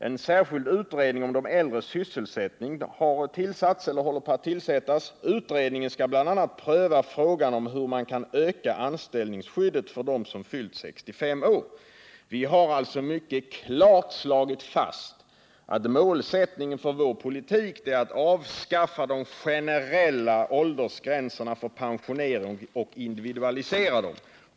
En särskild utredning om de äldres sysselsättning håller på att tillsättas. Utredningen skall bl.a. pröva frågan om hur man kan öka anställningsskyddet för dem som fyllt 65 år. Vi har alltså mycket klart slagit fast att målsättningen för vår politik är att avskaffa de generella åldersgränserna för pensionering och individualisera dem.